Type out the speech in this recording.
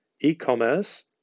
e-commerce